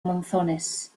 monzones